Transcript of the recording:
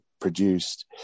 produced